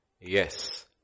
Yes